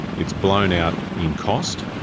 it's blown out in cost,